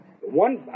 One